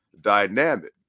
dynamic